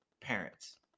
parents